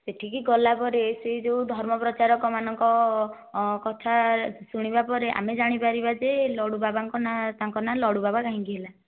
ସେହିଠିକି ଗଲାପରେ ସେହି ଯେଉଁ ଧର୍ମପ୍ରଚାରକମାନଙ୍କ କଥା ଶୁଣିବାପରେ ଆମେ ଜାଣିପାରିବା ଯେ ଲଡ଼ୁ ବାବାଙ୍କ ନାଁ ତାଙ୍କ ନାଁ ଲଡ଼ୁ ବାବା କାହିଁକି ହେଲା